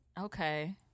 Okay